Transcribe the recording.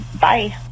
bye